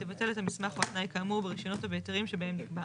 תבטל את המסמך או התנאי כאמור ברישיונות או בהיתרים שבהם נקבע.